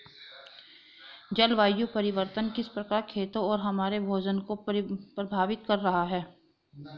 जलवायु परिवर्तन किस प्रकार खेतों और हमारे भोजन को प्रभावित कर रहा है?